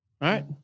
right